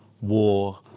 war